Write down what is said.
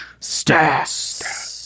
Stats